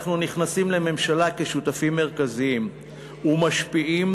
אנחנו נכנסים לממשלה כשותפים מרכזיים ומשפיעים,